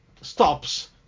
stops